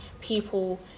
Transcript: people